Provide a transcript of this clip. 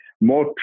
more